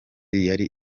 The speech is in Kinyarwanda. yari